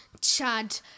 Chad